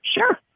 Sure